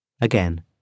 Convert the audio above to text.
Again